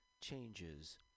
Changes